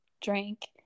drink